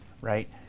right